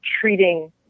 treating